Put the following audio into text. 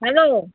hello